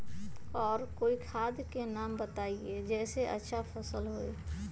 और कोइ खाद के नाम बताई जेसे अच्छा फसल होई?